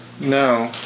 No